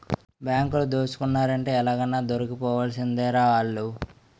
బాంకులు దోసుకున్నారంటే ఎలాగైనా దొరికిపోవాల్సిందేరా ఆల్లు